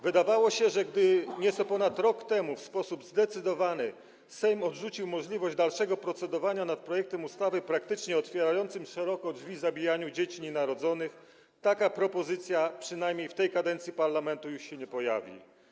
Wydawało się, że gdy nieco ponad rok temu w sposób zdecydowany Sejm odrzucił możliwość dalszego procedowania nad projektem ustawy praktycznie otwierającym szeroko drzwi zabijaniu dzieci nienarodzonych, taka propozycja, przynajmniej w tej kadencji parlamentu, już się nie pojawi.